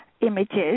images